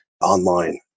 online